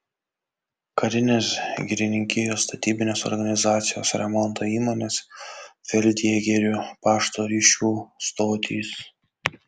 karinės girininkijos statybinės organizacijos remonto įmonės feldjėgerių pašto ryšių stotys